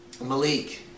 Malik